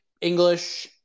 English